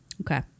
Okay